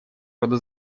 рода